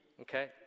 okay